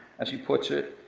as he puts it,